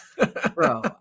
Bro